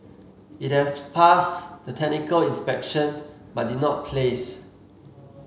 it had passed the technical inspection but did not place